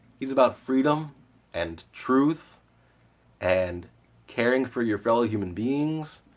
he's about freedom and truth and caring for your fellow human beings